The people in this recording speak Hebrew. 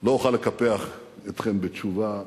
לא אוכל לקפח אתכם בתשובה שקטה.